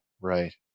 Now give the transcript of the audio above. right